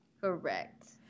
Correct